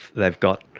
they've got,